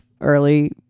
early